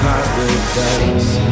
Paradise